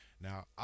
now